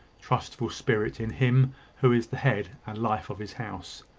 trustful spirit in him who is the head and life of his house.